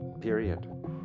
Period